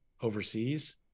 overseas